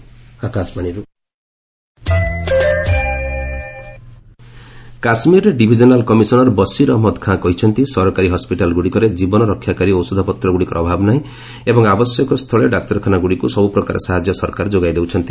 J and K medicine କାଶ୍ମୀରର divisional commissioner Baseer Ahmad Khan କହିଛନ୍ତି ସରକାରୀ ହସ୍କିଟାଲଗୁଡ଼ିକରେ ଜୀବନରକ୍ଷାକାରୀ ଔଷଧପତ୍ରଗୁଡ଼ିକର ଅଭାବ ନାହିଁ ଏବଂ ଆବଶ୍ୟକତା ସ୍ଥୁଳେ ଡାକ୍ତରଖାନାଗୁଡ଼ିକୁ ସବୁ ପ୍ରକାର ସାହାଯ୍ୟ ସରକାର ଯୋଗାଇ ଦେଉଛନ୍ତି